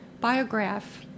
biograph